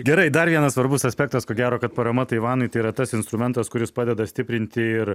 gerai dar vienas svarbus aspektas ko gero kad parama taivanui tai yra tas instrumentas kuris padeda stiprinti ir